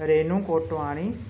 Renu Kotwani